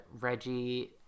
Reggie